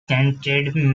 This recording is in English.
chanted